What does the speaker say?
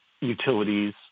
utilities